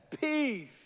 peace